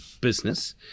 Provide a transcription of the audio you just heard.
business